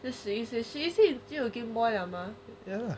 十一岁十一岁就有 game boy liao mah